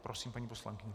Prosím, paní poslankyně.